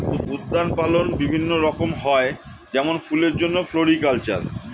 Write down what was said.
উদ্যান পালন বিভিন্ন রকম হয় যেমন ফুলের জন্যে ফ্লোরিকালচার